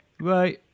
Bye